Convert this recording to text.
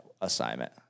assignment